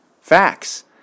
facts